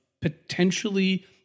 potentially